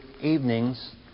evenings